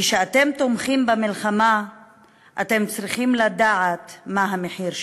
כשאתם תומכים במלחמה אתם צריכים לדעת מה המחיר שלה.